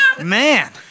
Man